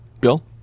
Bill